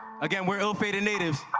again, we're ill fated natives.